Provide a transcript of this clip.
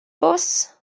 fws